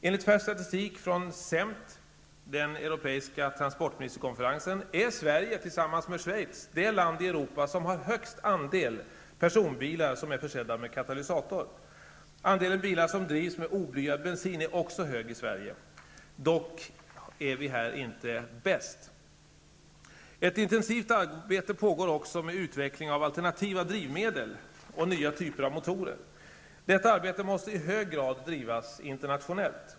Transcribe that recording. Enligt färsk statistik från CEMT -- den europeiska transportministerkonferensen -- är Sverige jämte Schweiz det land i Europa som har högst andel personbilar som är försedda med katalysator. Andelen bilar som drivs med oblyad bensin är också hög i Sverige, dock är vi inte bäst. Ett intensivt arbete pågår också med utveckling av alternativa drivmedel och nya typer av motorer. Detta arbete måste i hög grad drivas internationellt.